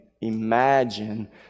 imagine